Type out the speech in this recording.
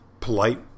polite